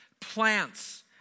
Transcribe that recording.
plants